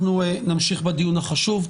אנחנו נמשיך בדיון החשוב.